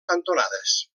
cantonades